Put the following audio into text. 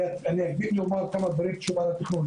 אני אקפיד לומר כמה דברים עכשיו על התכנון.